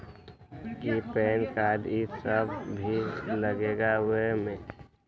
कि PAN card इ सब भी लगेगा वो में?